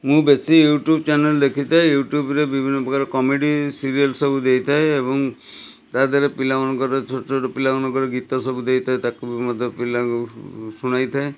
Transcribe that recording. ମୁଁ ବେଶୀ YouTube channel ଦେଖିଥାଏ ୟୁଟୁବ୍ରେ ବିଭିନ୍ନ ପ୍ରକାର କମେଡ଼ି ସିରିଏଲ୍ ସବୁ ଦେଇଥାଏ ଏବଂ ତା'ଦେହରେ ପିଲାମାନଙ୍କର ଛୋଟ ଛୋଟ ପିଲାମାନଙ୍କର ଗୀତ ସବୁ ଦେଇଥାଏ ତାକୁ ବି ମୁଁ ମଧ୍ୟ ପିଲାଙ୍କୁ ଶୁଣାଇଥାଏ